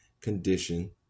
condition